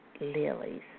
lilies